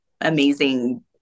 amazing